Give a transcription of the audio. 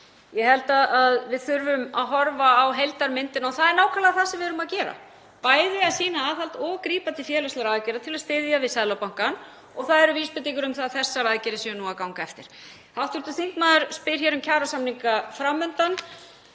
Ég held að við þurfum að horfa á heildarmyndina og það er nákvæmlega það sem við erum að gera, bæði að sýna aðhald og grípa til félagslegra aðgerða til að styðja við Seðlabankann og það eru vísbendingar um að þessar aðgerðir séu nú að ganga eftir. Hv. þingmaður spyr hér um kjarasamninga fram undan.